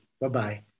Bye-bye